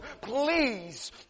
please